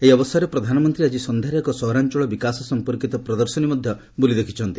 ଏହି ଅବସରରେ ପ୍ରଧାନମନ୍ତ୍ରୀ ଆଜି ସନ୍ଧ୍ୟାରେ ଏକ ସହରାଞ୍ଚଳ ବିକାଶ ସମ୍ପର୍କୀତ ପ୍ରଦର୍ଶନୀ ମଧ୍ୟ ବୁଲି ଦେଖିଛନ୍ତି